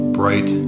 bright